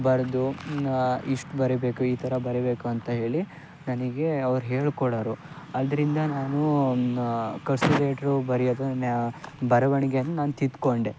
ಬರೆದು ಇಷ್ಟು ಬರಿಬೇಕು ಈ ಥರ ಬರಿಬೇಕು ಅಂತ ಹೇಳಿ ನನಗೆ ಅವ್ರು ಹೇಳ್ಕೊಡವ್ರು ಆದ್ದರಿಂದ ನಾನು ಕರ್ಸಿವ್ ಲೆಟ್ರು ಬರೆಯೋದು ನ ಬರವಣಿಗೆಯನ್ನು ನಾನು ತಿದ್ದಿಕೊಂಡೆ